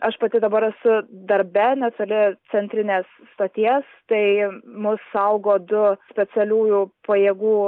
aš pati dabar esu darbe netoli centrinės stoties tai mus saugo du specialiųjų pajėgų